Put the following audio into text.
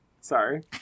sorry